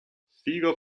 sieger